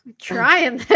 trying